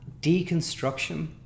deconstruction